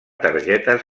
targetes